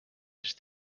sest